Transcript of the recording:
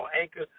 Anchor